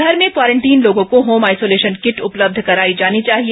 घर में क्वारंटीन लोगों को होम आइसोलेशन किट उपलब्ध कराई जानी चाहिए